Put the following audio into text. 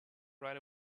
right